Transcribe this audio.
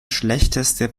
schlechteste